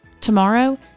Tomorrow